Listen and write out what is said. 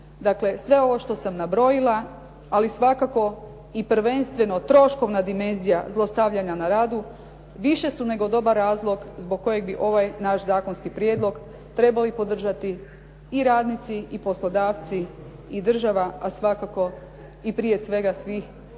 sve ovo što sam nabrojila, ali svakako i prvenstveno troškovna dimenzija zlostavljanja na radu više su nego dobar razlog zbog kojeg bi ovaj naš prijedlog trebali podržati i radnici i poslodavci i država, a svakako i prije svega svih, kolegice